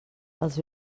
els